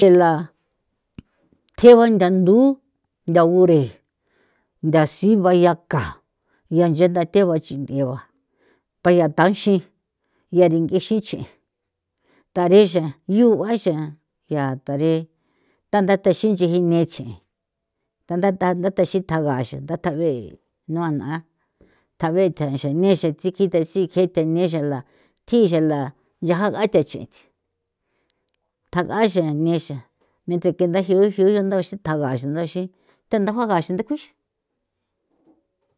Te la tji ba nthandu ntha ure ntha sii ba ya ka ncha nche ndathe ba chi nth'ie ba pa ya thaxin nthia digixin ch'e tare xan yo ja xan yaa tare'e thanda tha xinchi jine che'e thanda tha nthaxin tjaga xa thata be nua n'a tja be tja xa nexa tji kji ntha xii je'e thene xan la tjii xan la ya jaa a tha che'e tji tjagaa xan nexa mente que nthajiu jiuntha tjagaxen ndaxi thanda jagaxi nde kuixin.